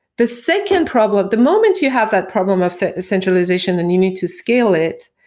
the second problem, the moment you have that problem of so centralization and you need to scale it,